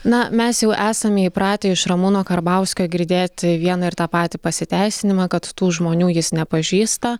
na mes jau esame įpratę iš ramūno karbauskio girdėti vieną ir tą patį pasiteisinimą kad tų žmonių jis nepažįsta